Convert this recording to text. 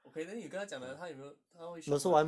okay then 你有跟他讲了他有没有他会 shock mah